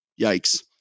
Yikes